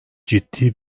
ciddi